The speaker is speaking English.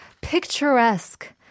picturesque